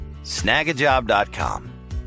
snagajob.com